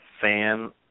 fan